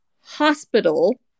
hospital